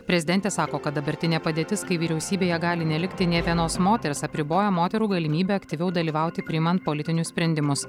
prezidentė sako kad dabartinė padėtis kai vyriausybėje gali nelikti nė vienos moters apriboja moterų galimybę aktyviau dalyvauti priimant politinius sprendimus